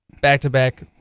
back-to-back